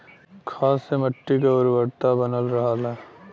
खाद से मट्टी क उर्वरता बनल रहला